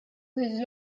his